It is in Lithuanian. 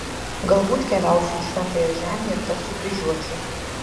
galbūt keliausiu į šventąją žemę ir tapsiu kryžiuočiu